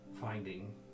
finding